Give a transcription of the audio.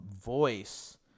voice